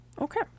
Okay